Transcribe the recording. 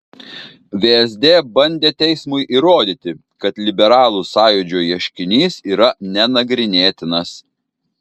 vsd bandė teismui įrodyti kad liberalų sąjūdžio ieškinys yra nenagrinėtinas